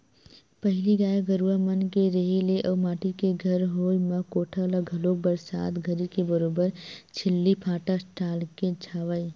पहिली गाय गरुवा मन के रेहे ले अउ माटी के घर होय म कोठा ल घलोक बरसात घरी के बरोबर छिल्ली फाटा डालके छावय